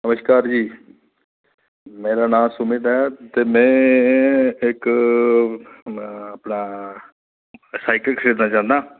नमस्कार जी मेरा नां सुमित ऐ ते में इक अपना साइकल खरिदना चाह्न्नां